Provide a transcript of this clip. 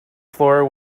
floor